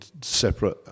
separate